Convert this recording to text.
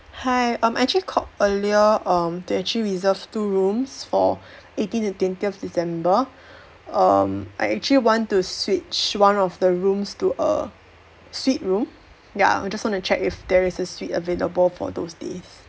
hi um actually called earlier um to actually reserve two rooms for eighteen and twentieth december um I actually want to switch one of the rooms to a suite room ya I just want to check if there is a suite available for those days